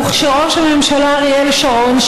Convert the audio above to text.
וכשראש הממשלה אריאל שרון,